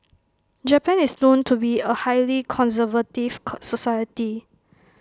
Japan is known to be A highly conservative society